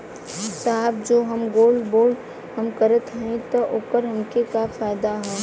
साहब जो हम गोल्ड बोंड हम करत हई त ओकर हमके का फायदा ह?